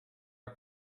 are